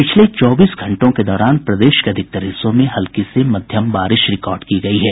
पिछले चौबीस घंटे के दौरान प्रदेश के अधिकांश हिस्सों में हल्की से मध्यम बारिश रिकॉर्ड की गयी है